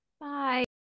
Bye